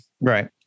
Right